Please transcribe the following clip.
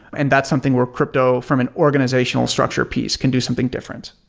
and that's something where crypto from an organizational structure piece can do something different.